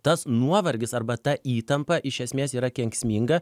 tas nuovargis arba ta įtampa iš esmės yra kenksminga